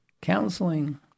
counseling